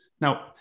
Now